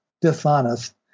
dishonest